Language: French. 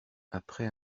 après